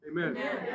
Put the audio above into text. Amen